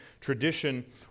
tradition